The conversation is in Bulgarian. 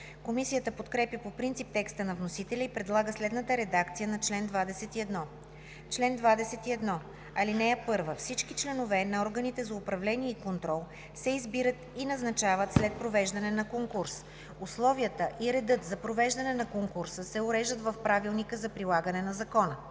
Комисията подкрепя по принцип текста на вносителя и предлага следната редакция на чл. 21: „Чл. 21. (1) Всички членове на органите за управление и контрол се избират и назначават след провеждане на конкурс. Условията и редът за провеждане на конкурса се уреждат в правилника за прилагане на закона.